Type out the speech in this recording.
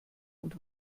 und